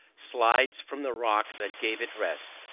slides from the rock that gave it rest,